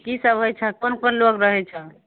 की सब होइ छै कोन कोन लोग रहै छऽ